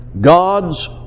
God's